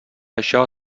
això